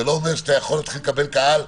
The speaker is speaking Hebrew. זה לא אומר שאתה יכול לקבל קהל,